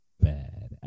bad